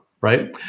Right